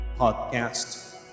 podcast